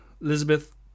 Elizabeth